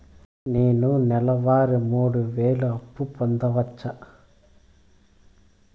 నేను నెల వారి మూడు వేలు అప్పు పొందవచ్చా?